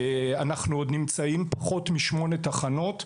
אנחנו נמצאים בפחות משמונה תחנות,